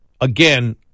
again